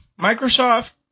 Microsoft